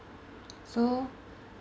so